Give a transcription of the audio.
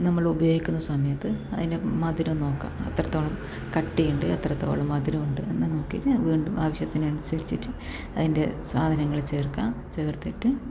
നമ്മൾ ഉപയോഗിക്കുന്ന സമയത്ത് അതിന് മധുരം നോക്കുക എത്രത്തോളം കട്ടിയുണ്ട് എത്രത്തോളം മധുരമുണ്ട് എന്ന് നോക്കിയിട്ട് വീണ്ടും ആവശ്യത്തിനനുസരിച്ചിട്ട് അതിൻ്റെ സാധനങ്ങൾ ചേർക്കുക ചേർത്തിട്ട്